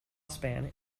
span